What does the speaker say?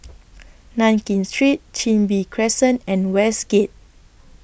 Nankin Street Chin Bee Crescent and Westgate